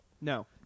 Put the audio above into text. No